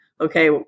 okay